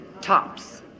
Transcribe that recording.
tops